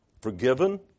forgiven